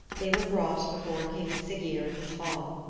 they were brought before king siggeir in his hall,